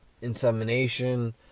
insemination